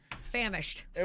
Famished